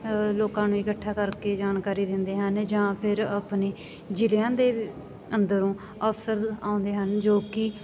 ਲੋਕਾਂ ਨੂੰ ਇਕੱਠਾ ਕਰਕੇ ਜਾਣਕਾਰੀ ਦਿੰਦੇ ਹਨ ਜਾਂ ਫਿਰ ਆਪਣੇ ਜ਼ਿਲਿਆਂ ਦੇ ਅੰਦਰੋਂ ਅਫਸਰ ਆਉਂਦੇ ਹਨ ਜੋ ਕਿ